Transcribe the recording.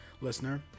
listener